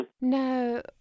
no